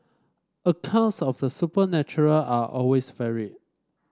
accounts of the supernatural are always varied